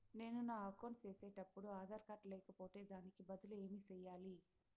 నేను నా అకౌంట్ సేసేటప్పుడు ఆధార్ కార్డు లేకపోతే దానికి బదులు ఏమి సెయ్యాలి?